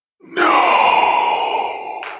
No